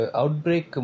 outbreak